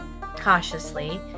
Cautiously